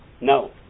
No